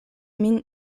min